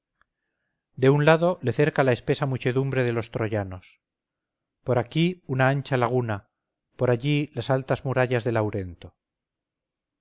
de un lado le cerca la espesa muchedumbre de los troyanos por aquí una ancha laguna por allí las altas murallas de laurento